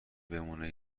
بمونه